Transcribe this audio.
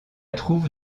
trouve